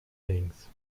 links